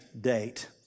date